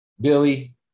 Billy